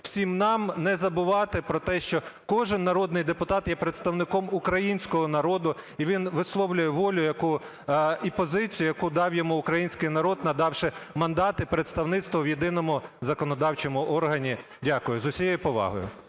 всім нам не забувати про те, що кожен народний депутат є представником українського народу, і він висловлює волю і позицію, яку дав йому український народ, надавши мандат і представництво в єдиному законодавчому органі. Дякую. З усією повагою.